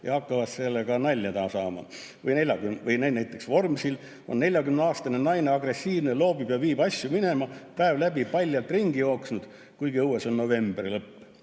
hakkab sellega nalja saama. Või näiteks: Vormsil on 40-aastane naine agressiivne, loobib ja viib asju minema, päev läbi paljalt ringi jooksnud, kuigi õues on novembri lõpp.